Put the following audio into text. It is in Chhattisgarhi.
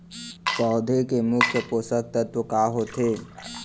पौधे के मुख्य पोसक तत्व का होथे?